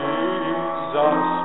Jesus